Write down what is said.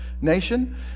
nation